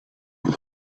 man